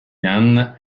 lan